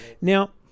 Now